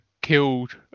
killed